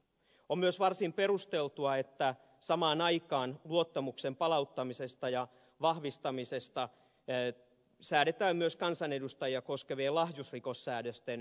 on myös varsin perusteltua että samaan aikaan luottamuksen palauttamiseksi ja vahvistamiseksi säädetään myös kansanedustajia koskevien lahjusrikossäädösten muuttamisesta